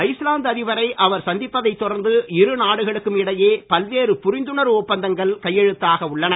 Iceland அதிபரை அவர் சந்திப்பதைத் தொடர்ந்து இரு நாடுகளுக்கும் இடையே பல்வேறு புரிந்துணர்வு ஒப்பந்தங்கள் கையெழுத்தாக உள்ளன